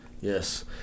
yes